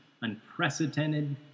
unprecedented